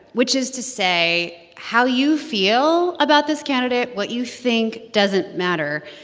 which is to say how you feel about this candidate, what you think, doesn't matter.